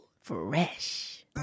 fresh